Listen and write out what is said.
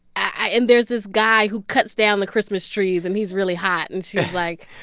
i and there's this guy who cuts down the christmas trees, and he's really hot. and she's like,